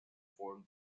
form